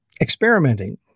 experimenting